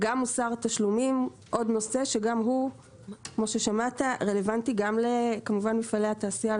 גם מוסר התשלומים הוא נושא שרלוונטי גם למפעלי התעשייה.